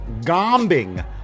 gombing